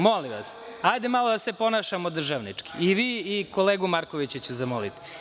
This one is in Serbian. Molim vas, hajde malo da se ponašamo državnički, i vas i kolegu Markovića ću zamoliti.